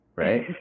Right